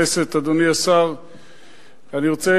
אדוני רוצה